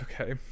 okay